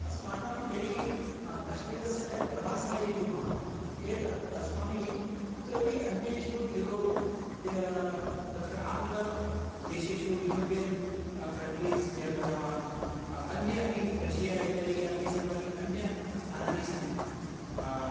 अस्माकं यदि कश्मीरस्य वयं प्रवासः यदि कुर्मः चेत् अत् अस्माभिः कुत्रपि अन्येषु यूरोप् द् तत्र आङ्ग्लदेशेषु यूरोपियन् कण्ट्रीस् यं वदामः अन्ये अपि रषिया इत्यादि यानि सर्वानि अन्यस्थानानि सन्ति